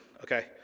Okay